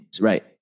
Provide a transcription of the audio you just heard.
right